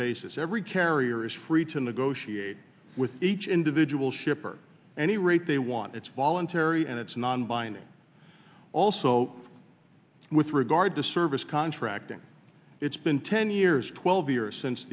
basis every carrier is free to negotiate with each individual shipper any rate they want it's voluntary and it's nonbinding also with regard to service contracting it's been ten years twelve years since